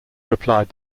replied